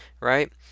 right